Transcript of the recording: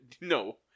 No